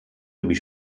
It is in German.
sowie